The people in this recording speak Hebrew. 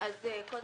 שלום